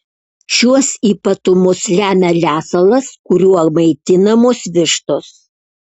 šiuos ypatumus lemia lesalas kuriuo maitinamos vištos